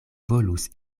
volus